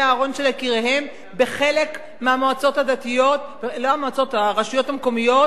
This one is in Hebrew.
הארון של יקיריהן בחלק מהרשויות המקומיות,